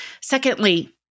Secondly